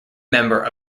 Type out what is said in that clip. member